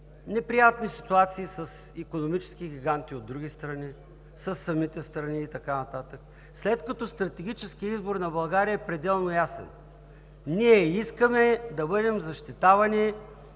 неприятни ситуации с икономически гиганти от други страни, със самите страни и така нататък, след като стратегическият избор на България е пределно ясен: ние искаме да бъдем защитавани